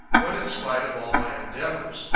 but in spite of all my endeavors,